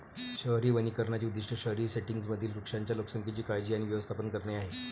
शहरी वनीकरणाचे उद्दीष्ट शहरी सेटिंग्जमधील वृक्षांच्या लोकसंख्येची काळजी आणि व्यवस्थापन करणे आहे